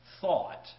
thought